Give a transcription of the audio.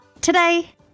today